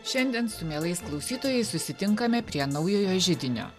šiandien su mielais klausytojais susitinkame prie naujojo židinio